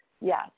Yes